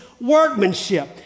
workmanship